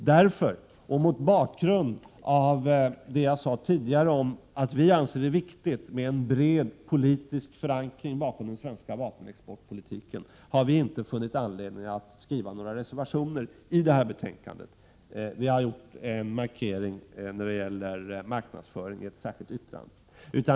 Därför och mot bakgrund av vad jag tidigare sade om vikten av en bred politisk förankring i den svenska vapenexportpolitiken, har vi inte funnit anledning att foga några reservationer till detta betänkande. Vi har en markering om marknadsföringen i ett särskilt yttrande.